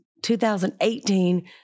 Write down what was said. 2018